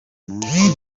munsi